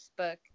Facebook